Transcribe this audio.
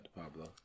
Pablo